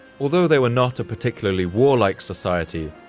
although they were not a particularly warlike society,